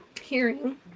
hearing